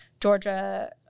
Georgia